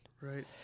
Right